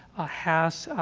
ah, has, ah,